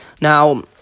Now